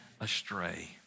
astray